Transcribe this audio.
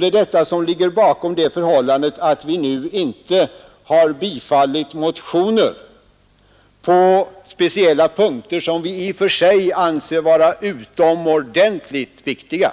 Det är detta som ligger bakom det förhållandet att vi nu inte har tillstyrkt motioner på speciella punkter, som vi i och för sig anser vara utomordentligt viktiga.